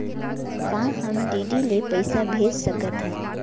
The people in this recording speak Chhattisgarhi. का हम डी.डी ले पईसा भेज सकत हन?